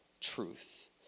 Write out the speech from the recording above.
truth